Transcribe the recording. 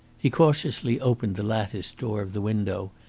he cautiously opened the latticed door of the window,